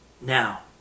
now